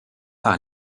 par